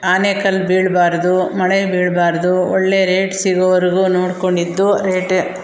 ಆಲಿಕಲ್ ಬೀಳಬಾರ್ದು ಮಳೆ ಬೀಳಬಾರ್ದು ಒಳ್ಳೆ ರೇಟ್ ಸಿಗೋವರೆಗೂ ನೋಡಿಕೊಂಡಿದ್ದು ರೇಟ